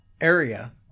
area